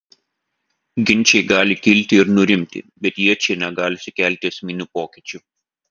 ginčai gali kilti ir nurimti bet jie čia negali sukelti esminių pokyčių